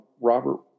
Robert